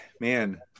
man